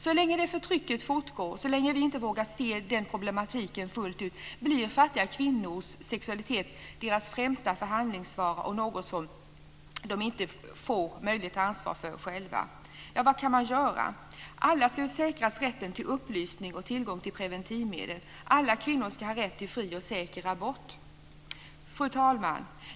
Så länge det förtrycket fortgår och så länge vi inte vågar se problematiken fullt ut blir fattiga kvinnors sexualitet deras främsta förhandlingsvara och något som de inte får möjlighet att ta ansvar för själva. Fru talman!